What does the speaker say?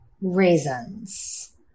raisins